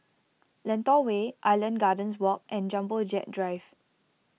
Lentor Way Island Gardens Walk and Jumbo Jet Drive